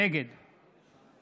נגד